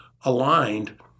aligned